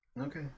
Okay